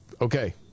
okay